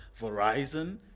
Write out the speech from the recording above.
Verizon